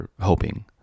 hoping